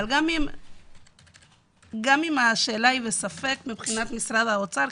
אבל גם אם השאלה היא בספק מבחינת משרד האוצר,